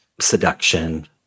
seduction